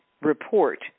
report